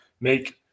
make